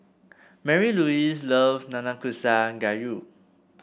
Marylouise loves Nanakusa Gayu